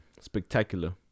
spectacular